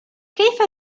كيف